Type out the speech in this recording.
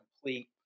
complete